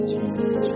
Jesus